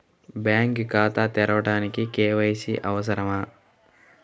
Bank ఖాతా తెరవడానికి KYC అవసరమా?